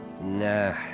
Nah